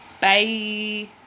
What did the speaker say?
bye